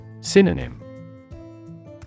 Synonym